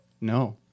No